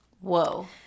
Whoa